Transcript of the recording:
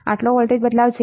આટલો બદલાવ છે